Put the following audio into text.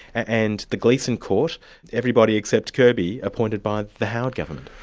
and the gleeson court everybody except kirby appointed by the howard government.